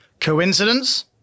Coincidence